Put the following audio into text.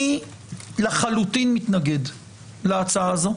אני לחלוטין מתנגד להצעה הזו.